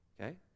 Okay